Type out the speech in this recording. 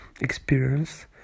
experience